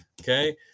Okay